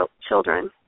children